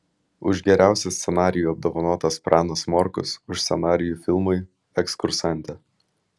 už geriausią scenarijų apdovanotas pranas morkus už scenarijų filmui ekskursantė